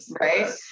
Right